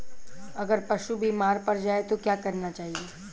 अगर पशु बीमार पड़ जाय तो क्या करना चाहिए?